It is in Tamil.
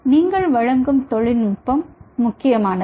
நீங்கள் வழங்கும் தொழில்நுட்பம் முக்கியமானது